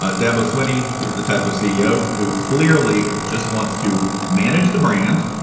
ah dabo swinney is the type of ceo who clearly just wants to manage the brand,